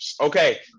Okay